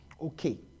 okay